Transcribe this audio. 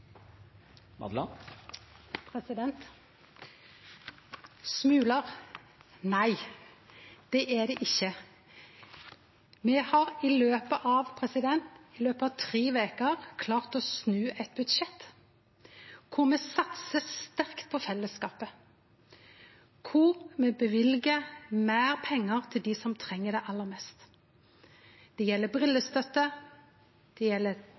er det ikkje. Me har i løpet av tre veker klart å snu eit budsjett kor me satsar sterkt på fellesskapet, og kor me løyver meir pengar til dei som treng det aller mest. Det gjeld brillestøtte, det gjeld